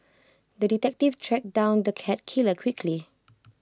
the detective tracked down the cat killer quickly